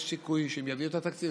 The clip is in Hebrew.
יש סיכוי שאם יביאו את התקציב,